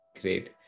great